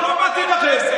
כי לא מתאים לכם.